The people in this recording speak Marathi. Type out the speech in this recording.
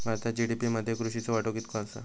भारतात जी.डी.पी मध्ये कृषीचो वाटो कितको आसा?